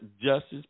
justice